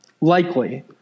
likely